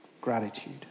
Gratitude